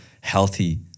healthy